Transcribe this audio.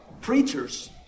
Preachers